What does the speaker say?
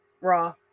Raw